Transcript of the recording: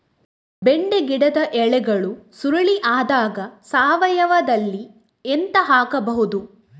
ಬೆಂಡೆ ಗಿಡದ ಎಲೆಗಳು ಸುರುಳಿ ಆದಾಗ ಸಾವಯವದಲ್ಲಿ ಎಂತ ಹಾಕಬಹುದು?